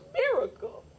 miracle